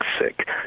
sick